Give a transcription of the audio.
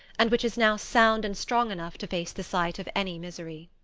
and which is now sound and strong enough to face the sight of any misery.